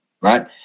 right